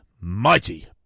mighty